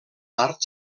l’art